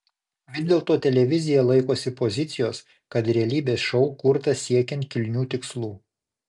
vis dėlto televizija laikosi pozicijos kad realybės šou kurtas siekiant kilnių tikslų